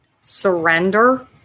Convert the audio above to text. surrender